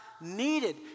needed